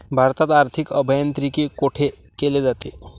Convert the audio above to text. भारतात आर्थिक अभियांत्रिकी कोठे केले जाते?